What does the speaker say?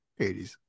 80s